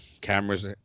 cameras